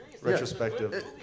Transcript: retrospective